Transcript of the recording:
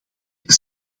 hier